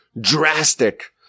drastic